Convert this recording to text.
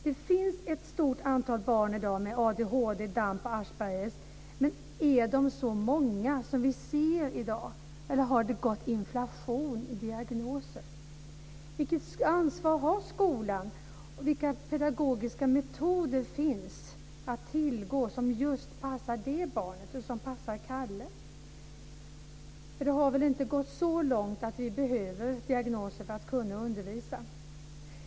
Det finns ett stort antal barn i dag med ADHD, DAMP och Aspergers syndrom, men är de så många som vi ser i dag eller har det gått inflation i diagnoser? Vilket ansvar har skolan? Vilka pedagogiska metoder finns det att tillgå som passar barnet, som passar just Kalle? För det har väl inte gått så långt att vi behöver diagnoser för att kunna undervisa?